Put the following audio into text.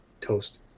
toast